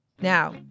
Now